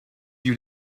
you